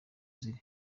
ziri